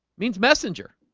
means messenger